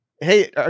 hey